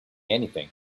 anything